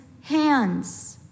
hands